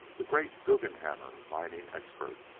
the great guggenhammer mining expert.